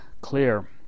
clear